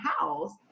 house